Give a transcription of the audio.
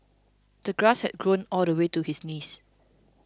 the grass had grown all the way to his knees